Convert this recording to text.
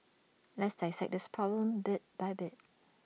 let's dissect this problem bit by bit